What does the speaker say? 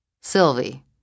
Sylvie